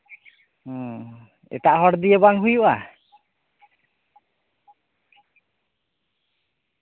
ᱦᱩᱸ ᱮᱴᱟᱜ ᱦᱚᱲ ᱫᱤᱭᱮ ᱵᱟᱝ ᱦᱩᱭᱩᱜᱼᱟ